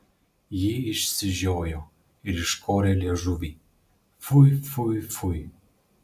ji išsižiojo ir iškorė liežuvį fui fui fui